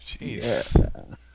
Jeez